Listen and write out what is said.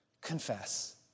confess